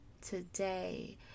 Today